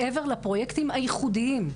מעבר לפרויקטים הייחודיים,